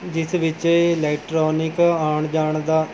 ਜਿਸ ਵਿੱਚ ਇਲੈਕਟ੍ਰੋਨਿਕ ਆਉਣ ਜਾਣ ਦਾ